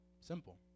Simple